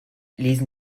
lesen